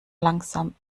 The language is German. langsam